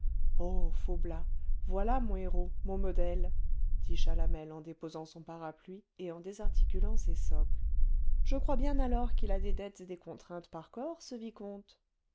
oh faublas voilà mon héros mon modèle dit chalamel en déposant son parapluie et en désarticulant ses socques je crois bien alors qu'il a des dettes et des contraintes par corps ce vicomte